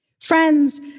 Friends